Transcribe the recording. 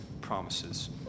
promises